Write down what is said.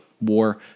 war